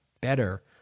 better